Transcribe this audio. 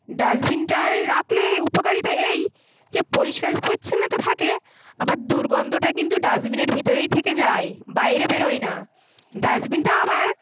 ডাস্টবিনটায় রাখলেই উপকারিতা এই যে পরিষ্কার পরিচ্ছন্ন তো থাকে আবার দুর্গন্ধটা কিন্তু ডাস্টবিনের ভিতরেই থেকে যায় বাইরে বেরোয় না ডাস্টবিনটা আবার